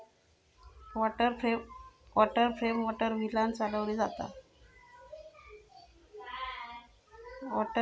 water frame water व्हीलांन चालवली जाता